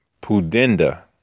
pudenda